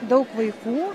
daug vaikų